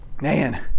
Man